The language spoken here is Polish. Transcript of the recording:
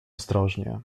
ostrożnie